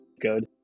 good